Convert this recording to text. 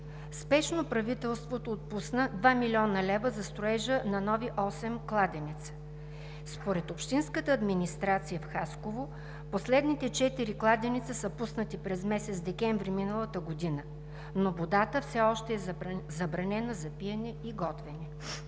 Спешно правителството отпусна 2 млн. лв. за строежа на нови осем кладенеца. Според общинската администрация в Хасково последните четири кладенеца са пуснати през месец декември миналата година, но водата все още е забранена за пиене и готвене.